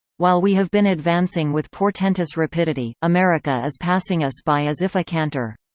while we have been advancing with portentous rapidity, america is passing us by as if a canter.